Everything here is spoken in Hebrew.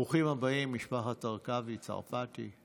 ברוכים הבאים, משפחת הרכבי צרפתי.